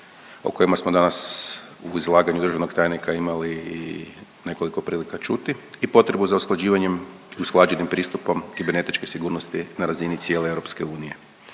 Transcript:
o kojima smo danas u izlaganju državnog tajnika imali i nekoliko prilika čuti i potrebu za usklađivanjem, usklađenim pristupom kibernetičke sigurnosti na razini cijele EU. Dakle